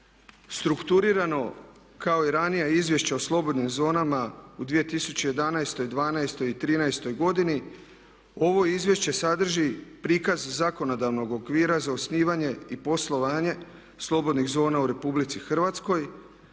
Srukturirano kao i ranija izvješća o slobodnim zonama u 2011., dvanaestoj i trinaestoj godini ovo izvješće sadrži prikaz zakonodavnog okvira za osnivanje i poslovanje slobodnih zona u Republici Hrvatskoj,